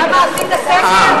למה, עשית סקר?